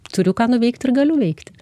turiu ką nuveikt ir galiu veikti